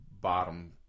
bottom